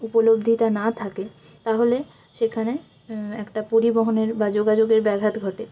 উপলব্ধিতা না থাকে তাহলে সেখানে একটা পরিবহনের বা যোগাযোগের ব্যাঘাত ঘটে